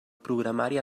programari